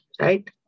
right